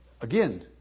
Again